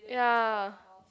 ya